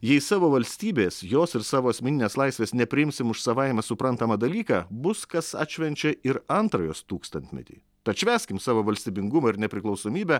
jei savo valstybės jos ir savo asmeninės laisvės nepriimsim už savaime suprantamą dalyką bus kas atšvenčia ir antrą jos tūkstantmetį tad švęskim savo valstybingumą ir nepriklausomybę